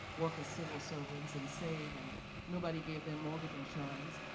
work as civil servants and save and nobody gave them mortgage insurance.